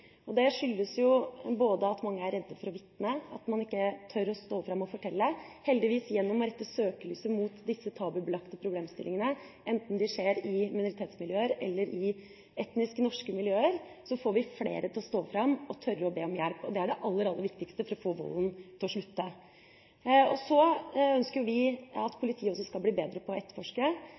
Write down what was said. Det skyldes både at mange er redde for å vitne, og at man ikke tør å stå fram og fortelle. Heldigvis, gjennom å rette søkelyset mot disse tabubelagte problemstillingene – enten dette skjer i minoritetsmiljøer eller etnisk norske miljøer – får vi flere til å stå fram og tørre å be om hjelp. Det er det aller, aller viktigste for å få slutt på volden. Ellers ønsker vi at politiet skal bli bedre til å etterforske.